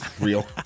real